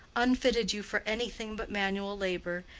unfitted you for anything but manual labor,